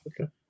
Okay